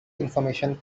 information